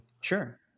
Sure